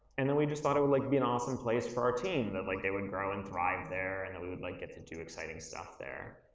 and then we just thought it would like be an awesome place for our team. and like they would grow and thrive there and that we would like get to do exciting stuff there.